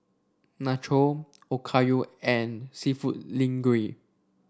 Nacho Okayu and seafood Linguine